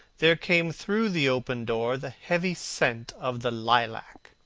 there came through the open door the heavy scent of the lilac,